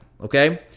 okay